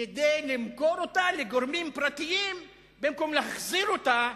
כדי למכור אותה לגורמים פרטיים במקום להחזיר אותה